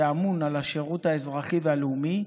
שאמון על השירות האזרחי והלאומי,